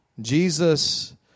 Jesus